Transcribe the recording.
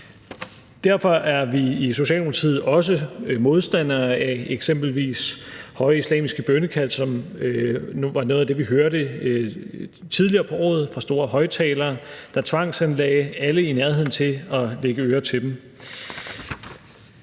Derfor er vi i Socialdemokratiet også modstandere af eksempelvis høje islamiske bønnekald, som var noget af det, vi hørte tidligere på året, fra store højtalere, der tvangsindlagde alle i nærheden til at lægge øre til dem.